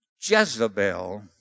Jezebel